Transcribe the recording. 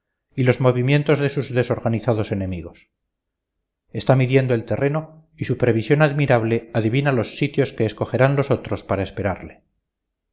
y los movimientos de sus desorganizados enemigos está midiendo el terreno y su previsión admirable adivina los sitios que escogerán los otros para esperarle